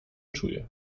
czuje